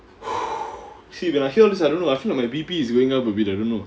see when I hear this I don't know I feel like my B_P is going up a bit I don't know